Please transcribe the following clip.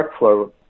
workflow